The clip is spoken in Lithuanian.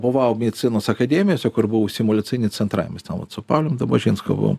buvau medicinos akademijose kur buvo simuliaciniai centrai mes ten vat su paulium dabužinsku buvom